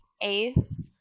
Ace